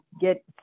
get